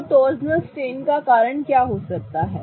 तो torsional strain का कारण क्या हो सकता है